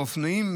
אופנועים,